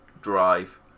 drive